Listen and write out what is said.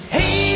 Hey